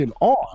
on